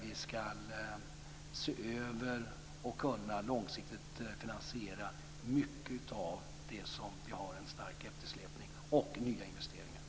Vi ska se över och långsiktigt kunna finansiera mycket av det där vi har en stark eftersläpning och nya investeringar.